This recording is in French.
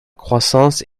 croissance